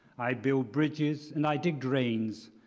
i build bridges and i dig drains.